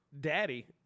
Daddy